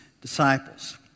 disciples